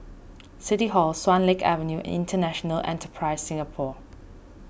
City Hall Swan Lake Avenue International Enterprise Singapore